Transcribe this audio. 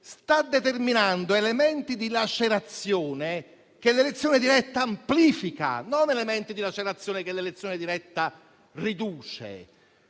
sta determinando elementi di lacerazione che l'elezione diretta amplifica; non vi sono invece elementi di lacerazione che l'elezione diretta riduce.